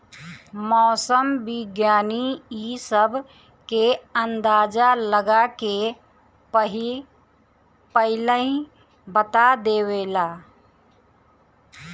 मौसम विज्ञानी इ सब के अंदाजा लगा के पहिलहिए बता देवेला